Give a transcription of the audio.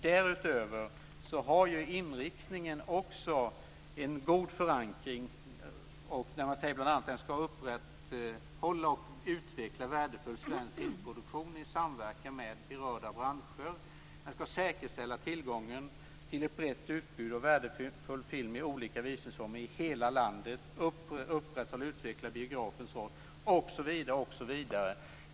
Därutöver har inriktningen en god förankring, bl.a. att upprätthålla och utveckla värdefull svensk filmproduktion i samverkan med berörda branscher, säkerställa tillgången till ett brett utbud och värdefull film samt i hela landet upprätthålla och utveckla biografens roll.